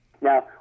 Now